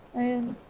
and